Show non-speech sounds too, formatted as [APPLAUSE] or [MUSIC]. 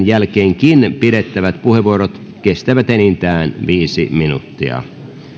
[UNINTELLIGIBLE] jälkeenkin pidettävät puheenvuorot kestävät enintään viisi minuuttia